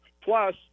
Plus